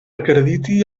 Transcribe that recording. acrediti